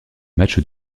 matchs